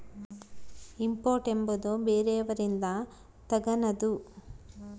import ಎಂಬುವುದು ಬೇರೆಯವರಿಂದ ತಗನದು